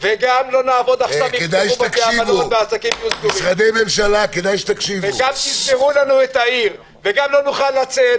וגם העסקים יהיו סגורים וגם תסגרו לנו את העיר וגם לא נוכל לצאת,